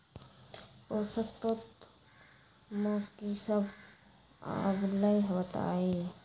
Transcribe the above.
पोषक तत्व म की सब आबलई बताई?